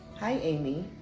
hi, amy.